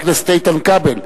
חבר הכנסת איתן כבל,